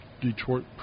Detroit